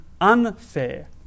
unfair